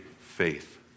faith